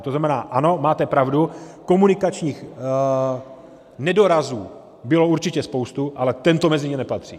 To znamená ano, máte pravdu, komunikačních nedorazů bylo určitě spoustu, ale tento mezi ně nepatří.